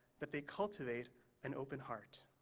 but they cultivate an open heart.